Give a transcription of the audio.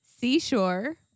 Seashore